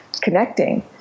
connecting